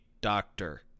doctor